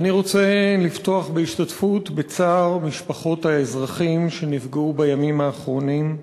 אני רוצה לפתוח בהשתתפות בצער משפחות האזרחים שנפגעו בימים האחרונים.